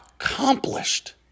accomplished